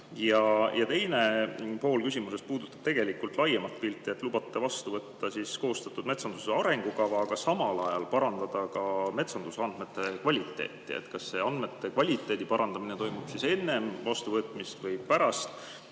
Teine pool küsimusest puudutab laiemat pilti. Te lubate vastu võtta koostatud metsanduse arengukava, aga samal ajal parandada ka metsandusandmete kvaliteeti. Kas see andmete kvaliteedi parandamine toimub enne vastuvõtmist või pärast?